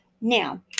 Now